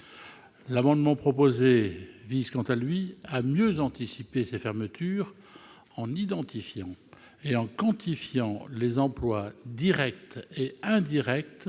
amendement vise à mieux anticiper ces fermetures en identifiant et en quantifiant les emplois directs et indirects